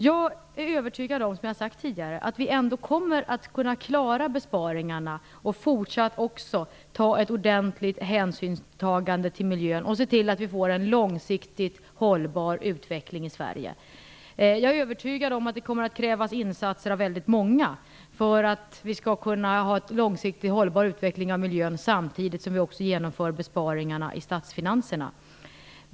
Jag är, som jag har sagt tidigare, övertygad om att vi ändå kommer att kunna klara av besparingarna och även i fortsättningen ta ordentlig hänsyn till miljön och se till att vi får en långsiktigt hållbar utveckling i Sverige. Jag är övertygad om att det kommer att krävas insatser av väldigt många för att vi skall kunna ha en långsiktigt hållbar utveckling av miljön samtidigt som vi också genomför besparingarna i statsfinanserna.